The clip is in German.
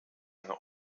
eine